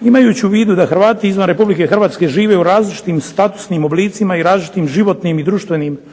Imajući u vidu da Hrvati izvan Republike Hrvatske žive u različitim statusnim oblicima i različitim životnim i društvenim okolnostima